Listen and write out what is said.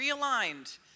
realigned